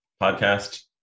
podcast